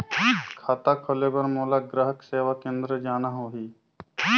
खाता खोले बार मोला ग्राहक सेवा केंद्र जाना होही?